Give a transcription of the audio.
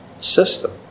system